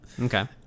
Okay